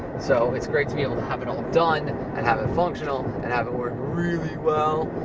so, it's great to be able to have it all done and have it functional and have it work really well.